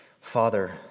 Father